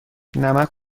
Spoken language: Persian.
نمک